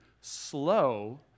slow